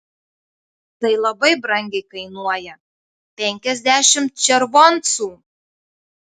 tai labai brangiai kainuoja penkiasdešimt červoncų